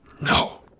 No